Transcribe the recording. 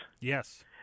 Yes